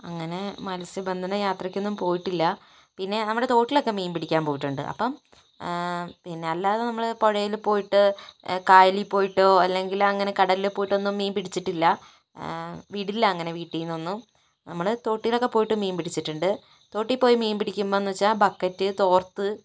അങ്ങനെ മത്സ്യബന്ധന യാത്രക്ക് ഒന്നും പോയിട്ടില്ല പിന്നെ നമ്മുടെ തോട്ടിൽ ഒക്കെ മീൻ പിടിക്കാൻ പോയിട്ടുണ്ട് അപ്പം പിന്നെ അല്ലാതെ പുഴയിൽ പോയിട്ട് കായലിൽ പോയിട്ടോ അല്ലെങ്കിൽ അങ്ങനെ കടലിൽ പോയിട്ടൊന്നും മീൻ പിടിച്ചിട്ടില്ല വിടില്ല അങ്ങനെ വീട്ടിനൊന്നും നമ്മള് തോട്ടിൽ ഒക്കെ പോയിട്ട് മീൻ പിടിച്ചിട്ടുണ്ട് തോട്ടിൽ പോയി മീൻ പിടിക്കുമ്പോൾ എന്ന് വെച്ചാൽ ബക്കറ്റ് തോർത്ത്